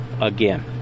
again